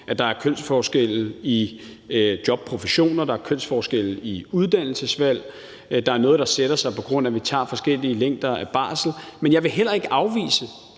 at der er kønsforskelle i job og professioner, at der er kønsforskelle i uddannelsesvalg, og at der er noget, der sætter sig på grund af, at vi tager forskellige længder af barsel. Men jeg vil overhovedet heller ikke afvise